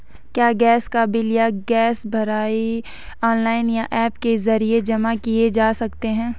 क्या गैस का बिल या गैस भराई ऑनलाइन या ऐप के जरिये जमा किये जा सकते हैं?